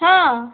ହଁ